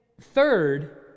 third